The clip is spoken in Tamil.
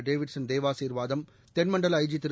டேவிட்சன் தேவாசிர்வாதம் தென்மண்டல ஐஜி திரு